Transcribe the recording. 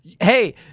hey